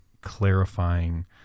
clarifying